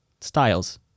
styles